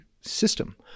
system